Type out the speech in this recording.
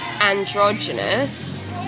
androgynous